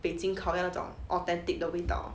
北京烤鸭那种 authentic 的味道